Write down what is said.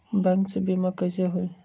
Bank से बिमा कईसे होई?